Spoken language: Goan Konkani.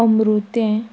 अमृतें